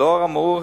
לאור האמור,